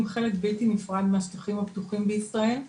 חלק בלתי נפרד מהשטחים הפתוחים בישראל,